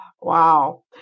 Wow